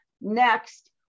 next